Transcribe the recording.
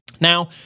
Now